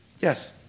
Yes